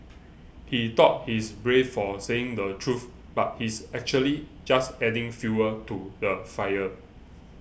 he thought he's brave for saying the truth but he's actually just adding fuel to the fire